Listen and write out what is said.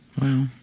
Wow